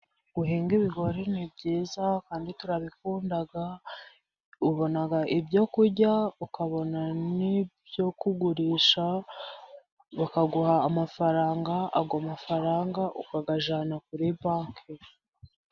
Guhinga ibigori ni byiza kandi turabikunda. Ubona ibyo kurya, ukabona n'ibyo kugurisha. Bakaguha amafaranga ayo mafaranga ukayajyana kuri banki.